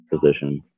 position